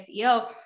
CEO